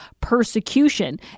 persecution